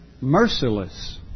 merciless